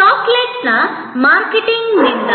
ಚಾಕೊಲೇಟ್ನ ಮಾರ್ಕೆಟಿಂಗ್ನಿಂದ